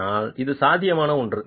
ஆனால் இது சாத்தியமான ஒன்று